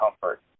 comfort